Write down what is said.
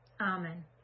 Amen